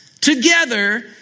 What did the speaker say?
together